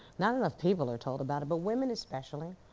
not enough people are told about it but women especially.